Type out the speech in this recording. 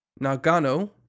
Nagano